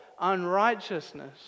unrighteousness